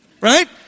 Right